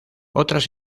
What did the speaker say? otras